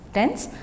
Tense